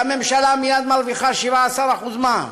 והממשלה מייד מרוויחה 17% מע"מ,